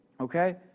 okay